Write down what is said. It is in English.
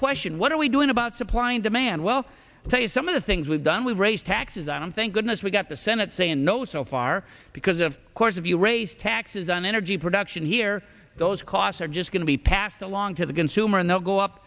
question what are we doing about supply and demand well say some of the things we've done we raise taxes on thank goodness we've got the senate saying no so far because of course if you raise taxes on energy production here those costs are just going to be passed along to the consumer and they'll go up